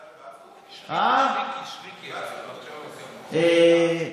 שרקי, שרקי.